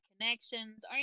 connections